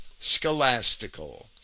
scholastical